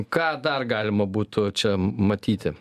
ką dar galima būtų čia matyti